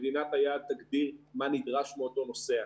ומדינת היעד תגדיר מה נדרש מאותו נוסע.